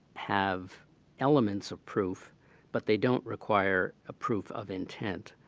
have elements of proof but they don't require a proof of intent.